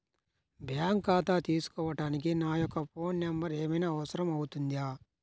Bank ఖాతా తీసుకోవడానికి నా యొక్క ఫోన్ నెంబర్ ఏమైనా అవసరం అవుతుందా?